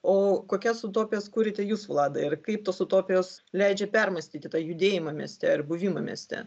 o kokias utopijas kuriat jūs vladai ir kaip tos utopijos leidžia permąstyti tą judėjimą mieste ar buvimą mieste